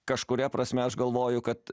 kažkuria prasme aš galvoju kad